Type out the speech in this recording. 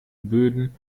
böden